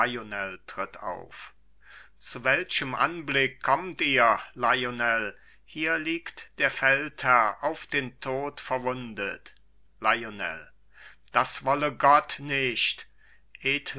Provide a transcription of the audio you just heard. auf zu welchem anblick kommt ihr lionel hier liegt der feldherr auf den tod verwundet lionel das wolle gott nicht